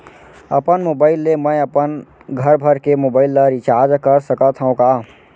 अपन मोबाइल ले मैं अपन घरभर के मोबाइल ला रिचार्ज कर सकत हव का?